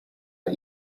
are